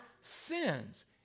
sins